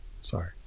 Sorry